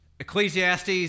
Ecclesiastes